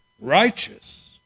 righteous